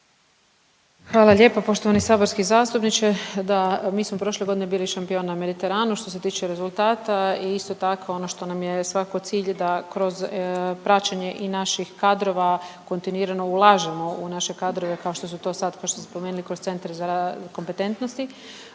Hvala lijepo poštovani saborski zastupniče. Da, mi smo prošle godine bili šampion na Mediteranu što se tiče rezultata i isto tako ono što nam je svakako cilj da kroz praćenje i naših kadrova kontinuirano ulažemo u naše kadrove, kao što su to sad, kao što ste spomenuli kroz Centar kompetentnosti.